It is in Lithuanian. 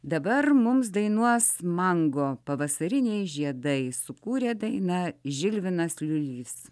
dabar mums dainuos mango pavasariniai žiedai sukūrė dainą žilvinas liulys